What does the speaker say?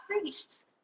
priests